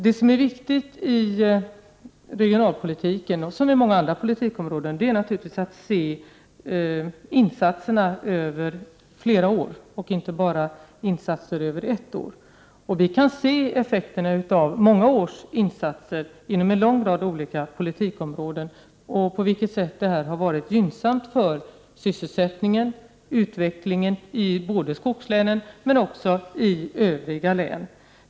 Det viktiga när det gäller regionalpolitiken, liksom när det gäller många andra politikområden, är naturligtvis att se insatserna under flera år, och inte bara insatserna under ett år. Vi kan se effekterna av många års insatser inom en lång rad olika politikområden och på vilket sätt de har varit gynnsamma för sysselsättningen och utvecklingen i skogslänen, men också i övriga län.